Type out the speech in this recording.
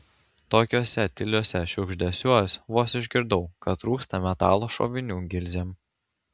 tokiuose tyliuose šiugždesiuos vos išgirdau kad trūksta metalo šovinių gilzėm